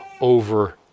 over